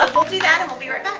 we'll do that and we'll be right